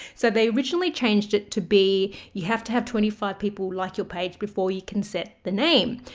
so they originally changed it to be, you have to have twenty five people like your page before you can set the name,